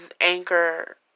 Anchor